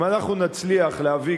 אם אנחנו נצליח להביא,